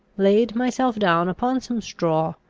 laid myself down upon some straw,